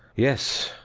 yes,